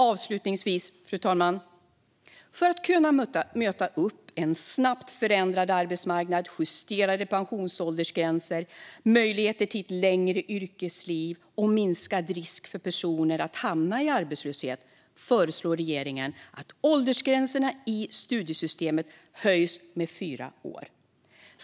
Avslutningsvis, fru talman: För att kunna möta en snabbt förändrad arbetsmarknad och justerade pensionsåldersgränser, ge möjligheter till ett längre yrkesliv och minska risken för personer att hamna i arbetslöshet föreslår regeringen att åldersgränserna i studiestödssystemet höjs med fyra år.